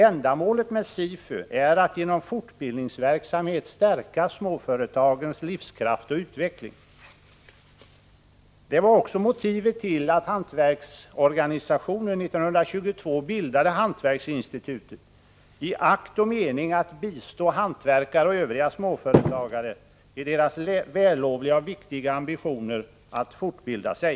Ändamålet med SIFU är att genom fortbildningsverksamhet stärka småföretagens livskraft och utveckling. Det var också motivet till att hantverksorganisationen 1922 bildade Hantverksinstitutet i akt och mening att bistå hantverkare och övriga småföretagare i deras vällovliga och viktiga ambition att fortbilda sig.